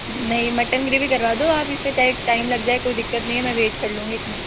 नहीं mutton gravy करवा दो आप इसपे चाहे एक टाइम लग जाए कोई दिक्कत नहीं है मैं वेट कर लूँगी इतना